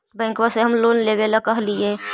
बैंकवा से हम लोन लेवेल कहलिऐ?